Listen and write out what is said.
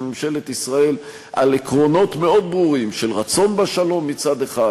ממשלת ישראל על עקרונות מאוד ברורים של רצון בשלום מצד אחד,